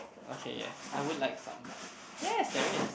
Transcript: okay yes I would like some yes there is